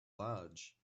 large